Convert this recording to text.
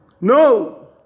No